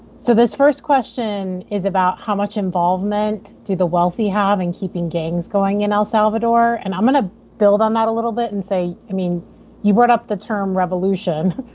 so this first question is about how much involvement do the wealthy have in keeping gangs going in el salvador and i'm going to build on that a little bit and say i mean you brought up the term revolution.